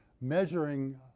measuring